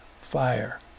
fire